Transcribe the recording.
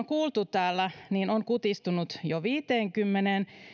kuultu täällä kutistunut jo viiteenkymmeneen